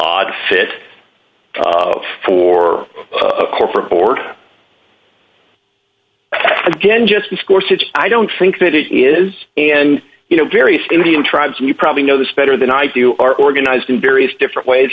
odd fit for a corporate board again just discourses i don't think that it is and you know various indian tribes and you probably know this better than i do or organized in various different ways